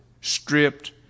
stripped